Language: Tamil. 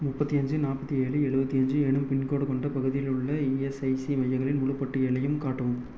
முப்பத்தி அஞ்சு நாற்பத்தி ஏழு ஏழுபத்தி அஞ்சு எனும் பின்கோடு கொண்ட பகுதியில் உள்ள இஎஸ்ஐசி மையங்களின் முழுப் பட்டியலையும் காட்டவும்